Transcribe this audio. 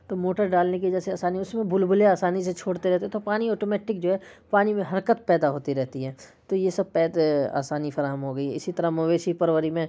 تو موٹر ڈالنے کی وجہ سے آسانی اس میں بلبلے آسانی سے چھوڑتے رہتے ہیں تو پانی آٹو میٹک جو ہے پانی میں حرکت پیدا ہوتی رہتی ہے تو یہ سب پید آسانی فراہم ہو گئی ہے اسی طرح مویشی پروری میں